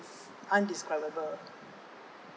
indescribable